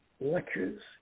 lectures